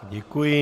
Děkuji.